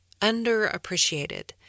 underappreciated